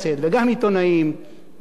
וגם כל השומעים והצופים בנו,